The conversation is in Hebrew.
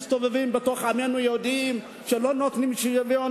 מי שמסתובב בתוך עמנו יודע שלא נותנים שוויון